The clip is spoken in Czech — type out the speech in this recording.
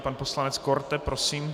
Pan poslanec Korte, prosím.